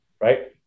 Right